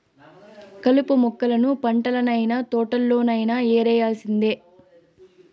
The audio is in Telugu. కలుపు మొక్కలను పంటల్లనైన, తోటల్లోనైన యేరేయాల్సిందే